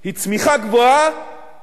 היא צמיחה גבוהה